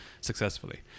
successfully